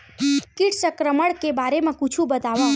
कीट संक्रमण के बारे म कुछु बतावव?